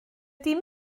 dim